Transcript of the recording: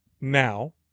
now